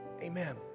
Amen